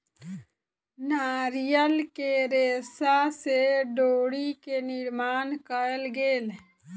नारियल के रेशा से डोरी के निर्माण कयल गेल